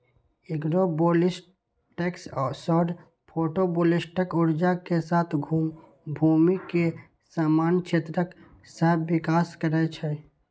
agrovoltaics सौर photovoltaic ऊर्जा के साथ भूमि के समान क्षेत्रक सहविकास करै छै